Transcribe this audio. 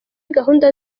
gahunda